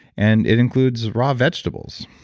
and it includes raw vegetables.